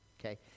Okay